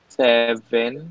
seven